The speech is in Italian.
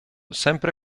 sempre